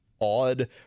odd